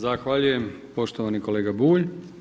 Zahvaljujem poštovani kolega Bulj.